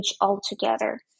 altogether